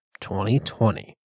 2020